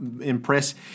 impress